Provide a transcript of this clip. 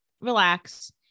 relax